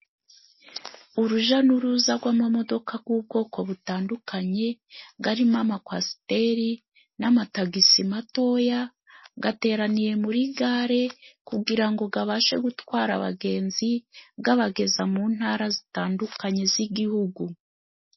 Uruja n'uruza rw'amamodoka g'ugoko butandukanye garimo amakwaasiteri n'amatagisi matoya, gateraniye muri gare kugira ngo gabashe gutwara abagenzi gabageza mu ntara zitandukanye z'igihugu.